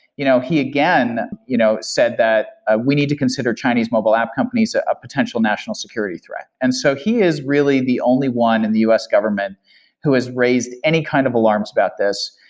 you know he again you know said that ah we need to consider chinese mobile app companies ah a potential national security threat. and so he is really the only one in the u s. government who has raised any kind of alarms about this,